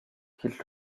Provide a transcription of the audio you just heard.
quitte